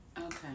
Okay